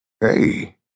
Hey